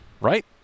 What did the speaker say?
right